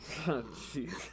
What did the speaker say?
jeez